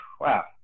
wow